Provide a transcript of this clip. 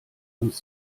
uns